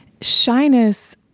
Shyness